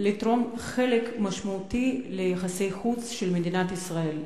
לתרום חלק משמעותי ליחסי החוץ של מדינת ישראל.